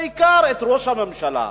בעיקר את ראש הממשלה,